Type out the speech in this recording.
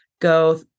go